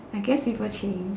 I guess people change